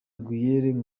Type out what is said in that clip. aguilera